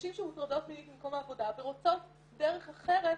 לנשים שמוטרדות מינית במקום העבודה ורוצות דרך אחרת